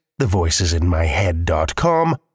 TheVoicesInMyHead.com